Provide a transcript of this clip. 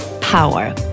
power